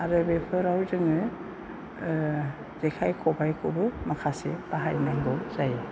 आरो बेफोराव जोङो ओ जेखाइ खबाइखौबो माखासे बाहायनांगौ जायो